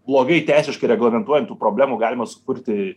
blogai teisiškai reglamentuojant tų problemų galima sukurti